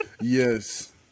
Yes